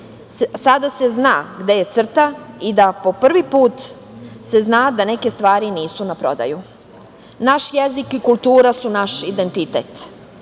Sada se zna gde je crta i da po prvi put se zna da neke stvari nisu na prodaju. Naš jezik i kultura su naš identitet.